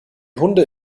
hunde